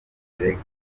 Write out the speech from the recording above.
felix